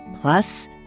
Plus